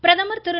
பிரதமர் திரு